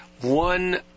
one